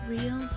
Real